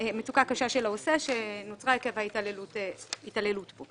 של המבצע שנוצרה עקב התעללות בו.